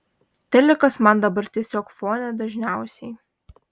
telikas man dabar tiesiog fone dažniausiai